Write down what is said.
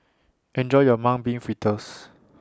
Enjoy your Mung Bean Fritters